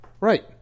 Right